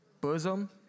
bosom